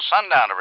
sundown